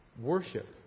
worship